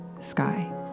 sky